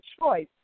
choice